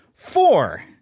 Four